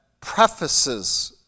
prefaces